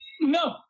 No